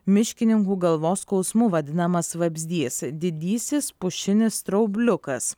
miškininkų galvos skausmu vadinamas vabzdys didysis pušinis straubliukas